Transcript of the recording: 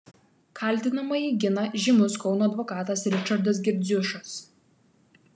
kaltinamąjį gina žymus kauno advokatas ričardas girdziušas